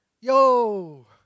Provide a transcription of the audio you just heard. Yo